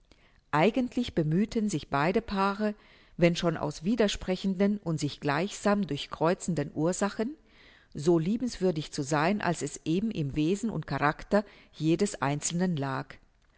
eigentlich bemüheten sich beide paare wenn schon aus widersprechenden und sich gleichsam durchkreuzenden ursachen so liebenswürdig zu sein als es eben im wesen und character jedes einzelnen lag